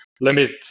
limit